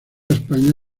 españa